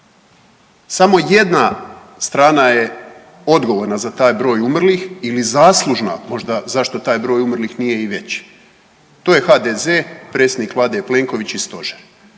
smo jedna strana je odgovorna za taj broj umrlih ili zaslužna možda zašto taj broj umrlih nije i veći. To je HDZ, predsjednik vlade je Plenković i stožer.